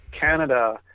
canada